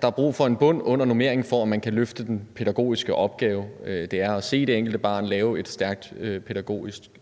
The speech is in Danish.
der er brug for en bund under normeringen, for at man kan løfte den pædagogiske opgave, det er at se det enkelte barn og lave et stærkt pædagogisk tilbud.